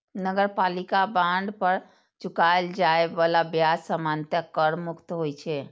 नगरपालिका बांड पर चुकाएल जाए बला ब्याज सामान्यतः कर मुक्त होइ छै